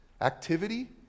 activity